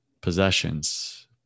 possessions